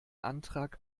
antrag